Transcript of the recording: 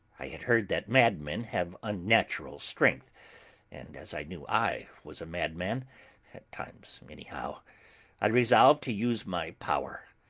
i had heard that madmen have unnatural strength and as i knew i was a madman at times anyhow i resolved to use my power.